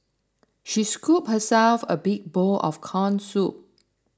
she scooped herself a big bowl of Corn Soup